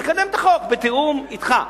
נקדם את החוק בתיאום אתך,